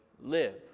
live